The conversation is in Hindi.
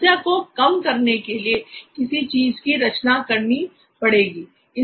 समस्या को कम करने के लिए किसी चीज की रचना करनी पड़ेगी